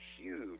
huge